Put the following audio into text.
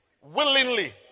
willingly